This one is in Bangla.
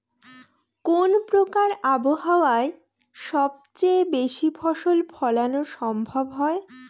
কোন প্রকার আবহাওয়ায় সবচেয়ে বেশি ফসল ফলানো সম্ভব হয়?